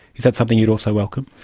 is that something you'd also welcome?